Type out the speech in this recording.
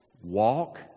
Walk